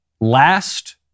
last